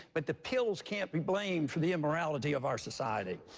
but the pills can't be blamed for the immorality of our society.